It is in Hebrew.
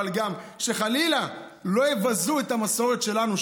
אבל גם שחלילה לא יבזו את המסורת שלנו,